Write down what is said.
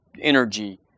energy